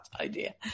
idea